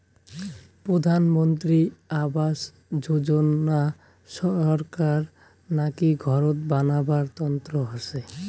প্রধান মন্ত্রী আবাস যোজনা ছরকার থাকি ঘরত বানাবার তন্ন হসে